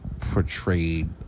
portrayed